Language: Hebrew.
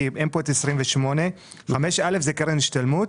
כי אין פה את 28. (5א) זה קרן השתלמות?